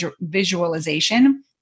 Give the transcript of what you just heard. visualization